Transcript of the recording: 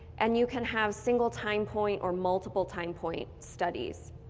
and you can have single time point or multiple time point studies.